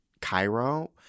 Cairo